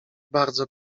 bardzo